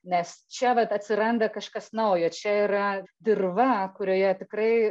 nes čia vat atsiranda kažkas naujo čia yra dirva kurioje tikrai